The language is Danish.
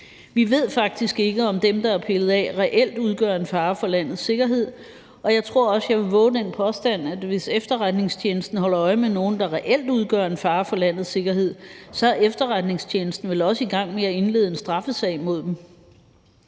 Vi ved faktisk ikke, om dem, der er pillet af, reelt udgør en fare for landets sikkerhed, og jeg tror også, jeg vil vove den påstand, at hvis efterretningstjenesten holder øje med nogen, der reelt udgør en fare for landets sikkerhed, så er efterretningstjenesten vel også i gang med at indlede en straffesag mod dem.